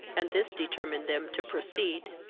and this determined them to proceed.